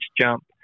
jump